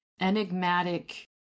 enigmatic